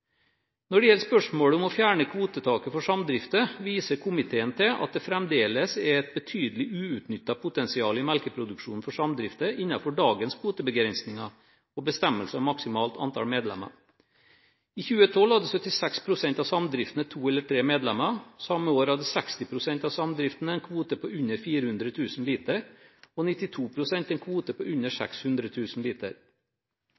Når det gjelder spørsmålet om å fjerne kvotetaket for samdrifter, viser komiteen til at det fremdeles er et betydelig uutnyttet potensial i melkeproduksjonen for samdrifter innenfor dagens kvotebegrensninger og bestemmelser om maksimalt antall medlemmer. I 2012 hadde 76 pst. av samdriftene to eller tre medlemmer. Samme år hadde 60 pst. av samdriftene en kvote på under 400 000 liter, og 92 pst. en kvote på under